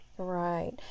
Right